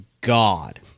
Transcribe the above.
God